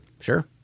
sure